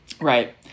Right